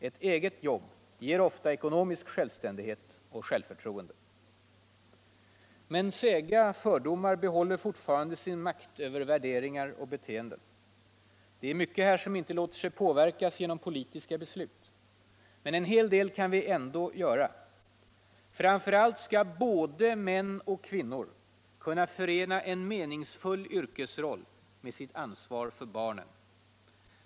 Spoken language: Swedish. Ett eget jobb ger ofta ekonomisk självständighet och självförtroende. Men sega fördomar behåller fortfarande sin makt över värderingar och beteenden. Mycket låter sig inte påverkas genom politiska beslut. En hel del kan vi ändå göra. Framför allt skall både män och kvinnor kunna förena en meningsfull yrkesroll med sitt ansvar för barnen.